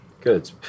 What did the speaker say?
good